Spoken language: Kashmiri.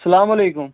السلامُ علیکُم